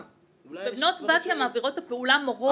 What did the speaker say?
בבנות בתיה מעבירות את הפעולה מורות.